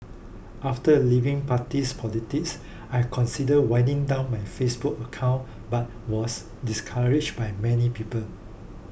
after leaving parties politics I considered winding down my Facebook accounts but was discouraged by many people